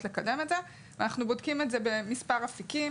לקדם את זה ואנחנו בודקים את זה במספר אפיקים